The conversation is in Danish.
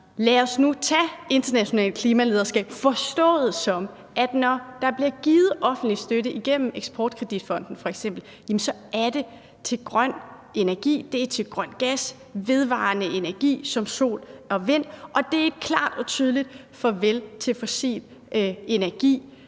Lad os nu tage internationalt klimalederskab, forstået som at når der bliver givet offentlig støtte igennem Eksportkreditfonden f.eks., så er det til grøn energi, det er til grøn gas, vedvarende energi som sol og vind, og det er klart og tydeligt et farvel til fossil energi